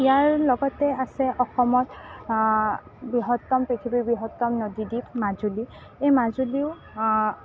ইয়াৰ লগতে আছে অসমত বৃহত্তম পৃথিৱীৰ বৃহত্তম নদীদ্বীপ মাজুলী এই মাজুলীও